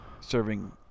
serving